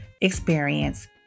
experience